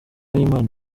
y’imana